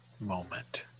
moment